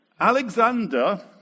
Alexander